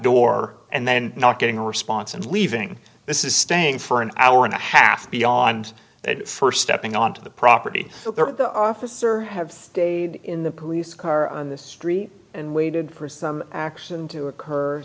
door and then not getting a response and leaving this is staying for an hour and a half beyond that first stepping onto the property of the officer have stayed in the police car on the street and waited for some action to occur